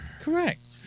Correct